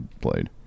played